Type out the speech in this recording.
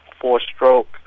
four-stroke